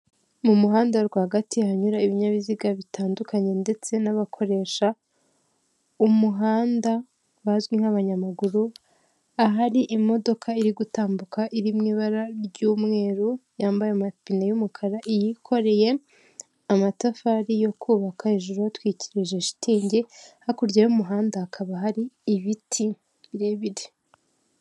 Mu muhanda rwagati hanyura ibinyabiziga bitandukanye ndetse n'abakoresha umuhanda bazwi nk'abanyamaguru ahari imodoka iri gutambuka iriwi ibara ry'umweru yambaye amapine y'umukara yikoreye amatafari yo kubaka hejuru hatwikirije shitingi hakurya y'umuhanda hakaba hari ibiti birebire.